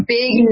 big